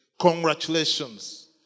Congratulations